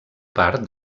part